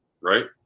right